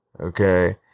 okay